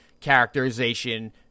characterization